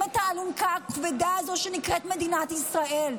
את האלונקה הכבדה הזו שנקראת מדינת ישראל,